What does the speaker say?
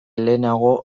lehenago